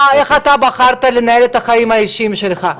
איך אתה בחרת לנהל את החיים האישיים שלך?